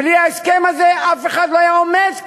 בלי ההסכם הזה אף אחד לא היה עומד כאן.